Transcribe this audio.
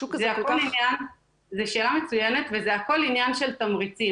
השוק הזה כל כך --- זו שאלה מצוינת וזה הכל עניין של תמריצים.